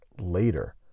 later